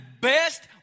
best